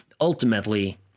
ultimately